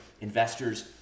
investors